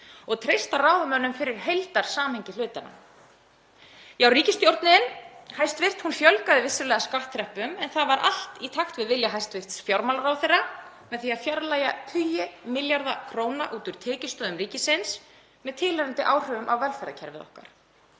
og treysta ráðamönnum fyrir heildarsamhengi hlutanna. Hæstv. ríkisstjórn fjölgaði vissulega skattþrepum en það var allt í takt við vilja hæstv. fjármálaráðherra með því að fjarlægja tugi milljarða króna út úr tekjustoðum ríkisins með tilheyrandi áhrifum á velferðarkerfið okkar.